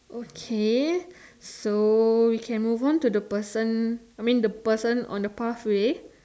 okay so we can move on to the person I mean the person on the path way